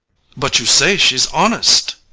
but you say she's honest.